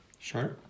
Sure